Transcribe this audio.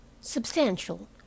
substantial